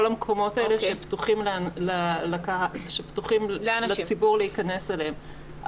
המקומות שפתוחים לציבור להיכנס אליהם.